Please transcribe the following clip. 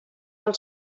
del